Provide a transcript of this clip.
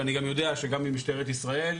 ואני יודע שגם ממשטרת ישראל,